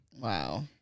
Wow